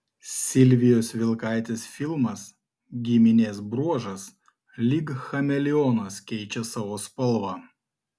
silvijos vilkaitės filmas giminės bruožas lyg chameleonas keičia savo spalvą